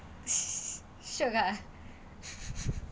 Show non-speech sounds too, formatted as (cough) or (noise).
(laughs) shiok ah